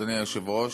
אדוני היושב-ראש,